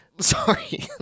Sorry